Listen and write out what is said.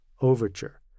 overture